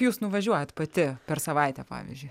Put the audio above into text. jūs nuvažiuojat pati per savaitę pavyzdžiui